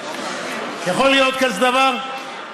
יכול להיות כזה דבר?